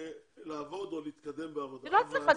לעבוד או להתקדם בעבודה -- זה לא הצלחה,